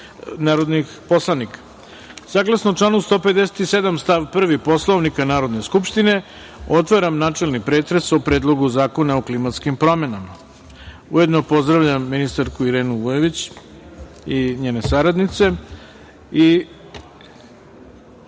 narodnih poslanika. Saglasno članu 157. stav 1. Poslovnika Narodne skupštine, otvaram načelni pretres o Predlogu zakona o klimatskim promenama. Ujedno pozdravljam ministarku Irenu Vujović i njene